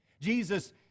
Jesus